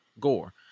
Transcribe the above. Gore